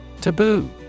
Taboo